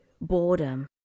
boredom